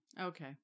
Okay